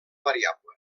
variable